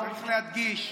כולל במחנה, צריך להדגיש.